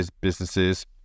businesses